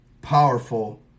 powerful